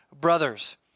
brothers